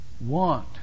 want